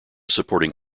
supporting